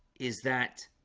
is that